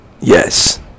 Yes